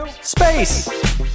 space